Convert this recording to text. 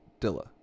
Dilla